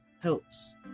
helps